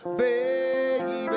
baby